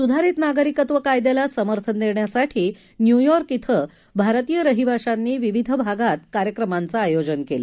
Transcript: सुधारित नागरिकत्व कायद्याला समर्थन देण्यासाठी न्यूयॉर्क क्वें भारतीय रहिवाशांनी विविध भागात कार्यक्रमांचं आयोजन केलं